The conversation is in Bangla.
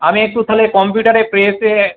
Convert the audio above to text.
আমি একটু তাহলে কম্পিউটারে প্রেসে